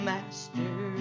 Master